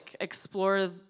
explore